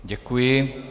Děkuji.